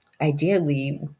ideally